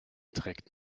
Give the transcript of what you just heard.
trägt